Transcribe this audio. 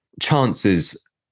chances